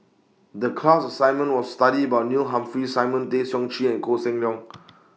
The class assignment was study about Neil Humphreys Simon Tay Seong Chee and Koh Seng Leong